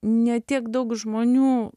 ne tiek daug žmonių